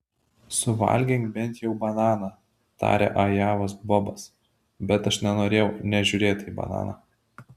suvalgyk bent jau bananą tarė ajovos bobas bet aš nenorėjau nė žiūrėti į tą bananą